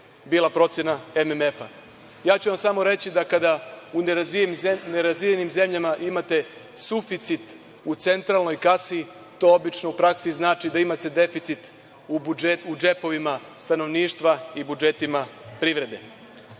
bila procena MMF-a. Ja ću vam samo reći da kada u nerazvijenim zemljama imate suficit u centralnoj kasi, to obično u praksi znači da imate deficit u džepovima stanovništva i budžetima privrede. Hvalimo